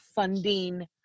Funding